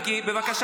תגיד, אתה דפוק?